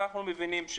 אנחנו מבינים,